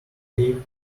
cave